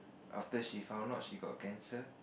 after she found out she got cancer